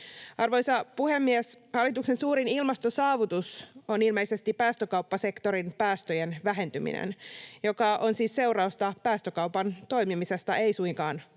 Arvoisa puhemies! Hallituksen suurin ilmastosaavutus on ilmeisesti päästökauppasektorin päästöjen vähentyminen, joka on siis seurausta päästökaupan toimimisesta, ei suinkaan